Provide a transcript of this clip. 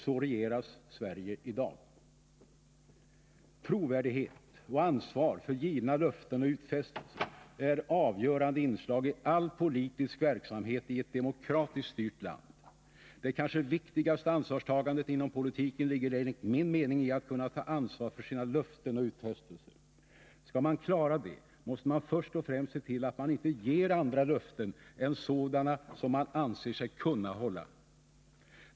Så regeras Sverige i dag! Trovärdighet och ansvar för givna löften och utfästelser är avgörande inslag i all politisk verksamhet i ett demokratiskt styrt land. Det kanske viktigaste ansvarstagandet inom politiken är enligt min mening att kunna ta ansvar för sina löften och utfästelser. Skall man klara det måste man först och främst se till att man inte ger andra löften än sådana som man anser sig kunna hålla.